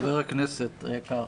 חבר הכנסת היקר,